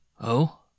Oh